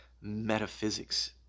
metaphysics